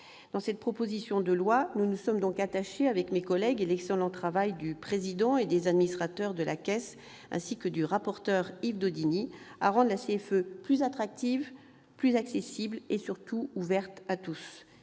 Dans cette proposition de loi, mes collègues et moi-même nous sommes attachés- je rends hommage à l'excellent travail du président et des administrateurs de la Caisse, ainsi que du rapporteur, Yves Daudigny -à rendre la CFE plus attractive, plus accessible et, surtout, ouverte à tous.